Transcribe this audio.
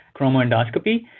chromoendoscopy